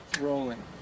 rolling